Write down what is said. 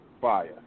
Fire